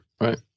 Right